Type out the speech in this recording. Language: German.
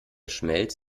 schmelz